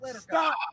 Stop